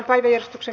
asia